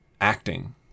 acting